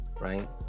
right